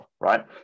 right